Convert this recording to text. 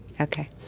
okay